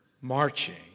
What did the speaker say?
marching